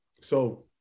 So-